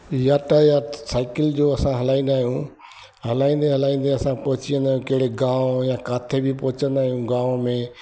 यातायात साईकिल जो असां हलाईंदा आहियूं हलाईंदे हलाईंदे असां पहुची वेंदा आहियूं कहिड़े गांव में या किथे बि पहुचंदा आहियूं गांव में